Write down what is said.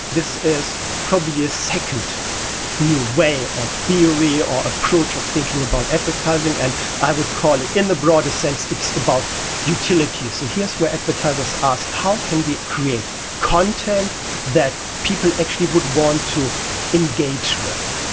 this is probably a second new way or theory or approach of thinking about advertising, and i would call it, in the broader sense it's about utility. so here's where advertisers ask how can we create content that people actually would want to engage with?